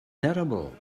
terrible